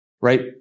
Right